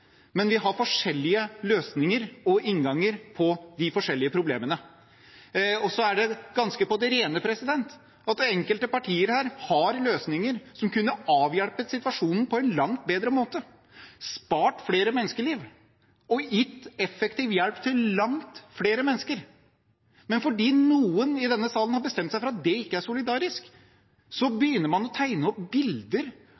men vi har forskjellige løsninger og innganger på de forskjellig problemene. Så er det ganske på det rene at enkelte partier her har løsninger som kunne avhjulpet situasjonen på en langt bedre måte, spart flere menneskeliv og gitt effektiv hjelp til langt flere mennesker. Men fordi noen i denne salen har bestemt seg for at det ikke er solidarisk,